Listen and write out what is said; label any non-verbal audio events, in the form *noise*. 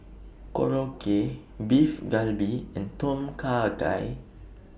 *noise* Korokke Beef Galbi and Tom Kha Gai *noise*